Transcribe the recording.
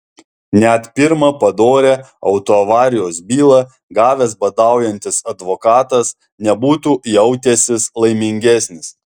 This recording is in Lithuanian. net pirmą padorią autoavarijos bylą gavęs badaujantis advokatas nebūtų jautęsis laimingesnis